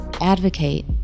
advocate